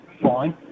fine